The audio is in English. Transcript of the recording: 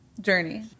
journey